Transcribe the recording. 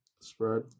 spread